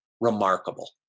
remarkable